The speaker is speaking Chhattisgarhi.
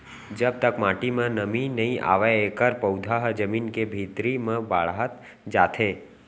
जब तक माटी म नमी नइ आवय एखर पउधा ह जमीन के भीतरी म बाड़हत जाथे